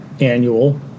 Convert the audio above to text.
annual